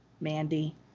Mandy